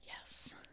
Yes